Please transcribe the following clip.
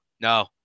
no